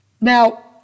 Now